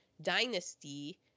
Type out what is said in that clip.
Dynasty